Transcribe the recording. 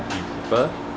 people